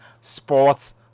sports